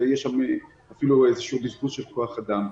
ויש שם אפילו איזשהו בזבוז של כוח אדם.